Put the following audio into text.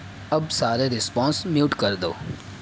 اب سارے response mute کر دو